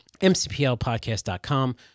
mcplpodcast.com